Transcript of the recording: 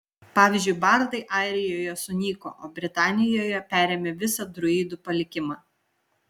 pavyzdžiui bardai airijoje sunyko o britanijoje perėmė visą druidų palikimą